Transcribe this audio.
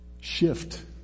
shift